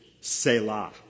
Selah